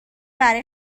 برا